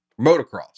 motocross